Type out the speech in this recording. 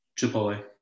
Chipotle